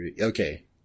Okay